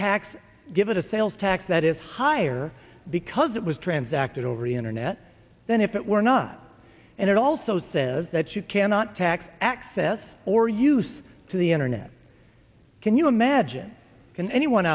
tax give it a sales tax that is higher because it was transacted over the internet then if it were not and it also says that you cannot tax access or use to the internet can you imagine can anyone